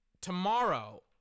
tomorrow